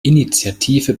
initiative